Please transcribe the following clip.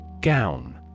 Gown